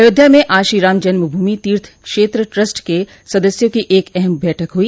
अयोध्या में आज श्रीराम जन्म भूमि तीर्थ क्षेत्र ट्रस्ट के सदस्यों की एक अहम बैठक हुई